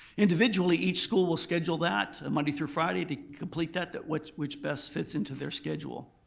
individually each school will schedule that monday through friday to complete that that which which best fits into their schedule.